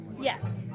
Yes